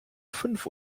fünf